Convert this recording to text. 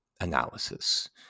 analysis